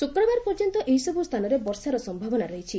ଶୁକ୍ରବାର ପର୍ଯ୍ୟନ୍ତ ଏହିସବୁ ସ୍ଛାନରେ ବର୍ଷା ସ୍ୟାବନା ରହିଛି